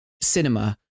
cinema